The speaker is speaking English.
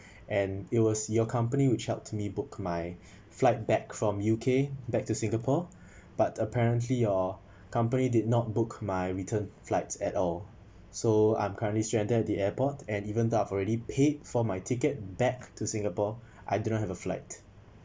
and it was your company which helped me book my flight back from U_K back to singapore but apparently your company did not book my return flights at all so I'm currently stranded at the airport and even though I've already paid for my ticket back to singapore I did not have a flight